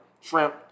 shrimp